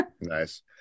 Nice